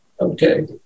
Okay